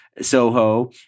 Soho